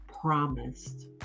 promised